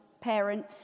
parent